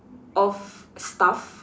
of stuff